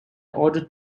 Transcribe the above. ordered